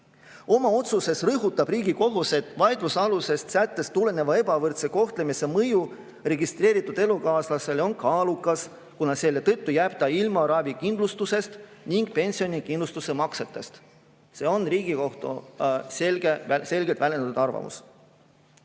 Oma otsuses rõhutab Riigikohus, et vaidlusalusest sättest tuleneva ebavõrdse kohtlemise mõju registreeritud elukaaslasele on kaalukas, kuna selle tõttu jääb ta ilma ravikindlustusest ning pensionikindlustuse maksetest. See on Riigikohtu selgelt väljendatud arvamus.